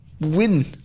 win